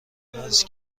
است